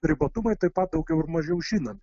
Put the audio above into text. ribotumai taip pat daugiau ar mažiau žinomi